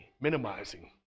minimizing